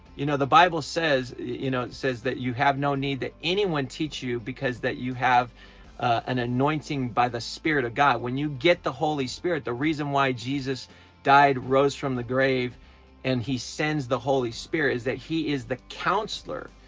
you know the bible says you know says that you have no need that anyone teach you because you have an anointing by the spirit of god when you get the holy spirit. the reason why jesus died, rose from the grave and he sends the holy spirit is that he is the counselor,